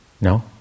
No